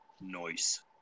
Noise